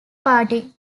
party